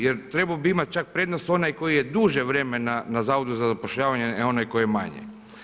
Jer trebao bi imati čak prednost onaj koji je duže vremena na Zavodu za zapošljavanje a ne onaj koji je manje.